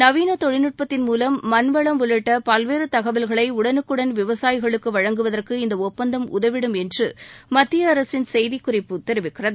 நவீன தொழில்நுட்பத்தின் மூலம் மண்வளம் உள்ளிட்ட பல்வேறு தகவல்களை உடனுக்குடன் விவசாயிகளுக்கு வழங்குவதற்கு இந்த ஒப்பந்தம் உதவிடும் என்று மத்திய அரசின் செய்திக்குறிப்பு தெரிவிக்கிறது